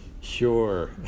Sure